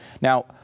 Now